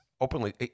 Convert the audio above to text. openly